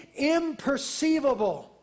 imperceivable